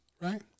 right